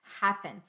happen